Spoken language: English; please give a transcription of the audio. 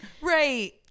right